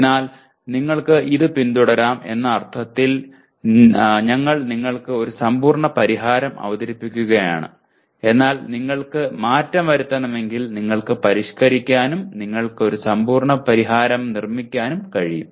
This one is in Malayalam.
അതിനാൽ നിങ്ങൾക്ക് ഇത് പിന്തുടരാം എന്ന അർത്ഥത്തിൽ ഞങ്ങൾ നിങ്ങൾക്ക് ഒരു സമ്പൂർണ്ണ പരിഹാരം അവതരിപ്പിക്കുകയാണ് എന്നാൽ നിങ്ങൾക്ക് മാറ്റം വരുത്തണമെങ്കിൽ നിങ്ങൾക്ക് പരിഷ്ക്കരിക്കാനും നിങ്ങൾക്ക് ഒരു സമ്പൂർണ്ണ പരിഹാരം നിർമ്മിക്കാനും കഴിയും